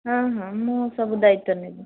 ହଁ ହଁ ମୁଁ ସବୁ ଦାୟିତ୍ୱ ନେବି